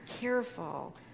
careful